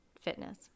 fitness